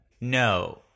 No